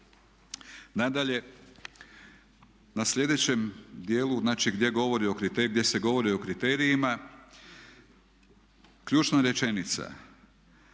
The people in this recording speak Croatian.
Nadalje, na sljedećem dijelu znači gdje se govori o kriterijima ključna rečenica,